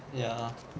ya